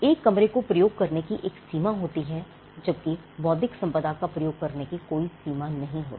एक कमरे को प्रयोग करने की एक सीमा होती है जबकि बौद्धिक संपदा का प्रयोग करने की कोई सीमा नहीं होती